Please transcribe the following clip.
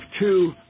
two